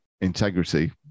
integrity